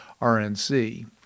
RNC